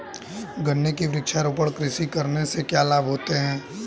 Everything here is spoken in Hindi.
गन्ने की वृक्षारोपण कृषि करने से क्या लाभ होते हैं?